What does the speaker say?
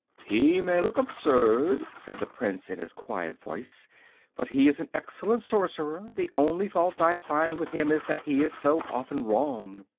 he may look absurd, said the prince, in his quiet voice but he is an excellent sorcerer. the only fault i find with him is that he is so often wrong.